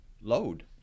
load